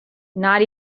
not